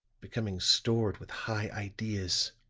becoming stored with high ideas.